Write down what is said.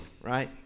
right